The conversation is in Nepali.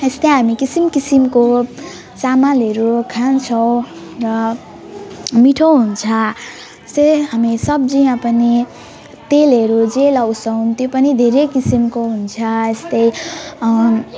यस्तै हामी किसिमको किसिमको सामानहरू खान्छौँ र मिठो हुन्छ यस्तै हामी सब्जी या पनि तेलहरू जे लगाउँछौँ त्यो पनि धेरै किसिमको हुन्छ यस्तै